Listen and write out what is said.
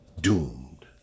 doomed